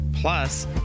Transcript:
Plus